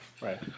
Right